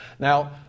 Now